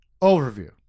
overview